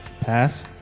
Pass